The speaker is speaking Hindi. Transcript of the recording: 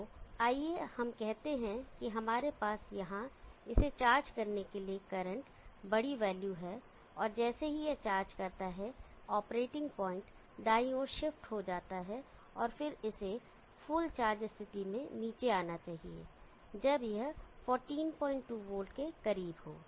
तो आइए हम कहते हैं हमारे पास यहाँ इसे चार्ज करने के लिए करंट बड़ी वैल्यू है और जैसे ही यह चार्ज करता है ऑपरेटिंग पॉइंट दाईं ओर शिफ्ट हो जाता है और फिर इसे फुल चार्ज स्थिति में नीचे आना चाहिए जब यह 142 वोल्ट के करीब हो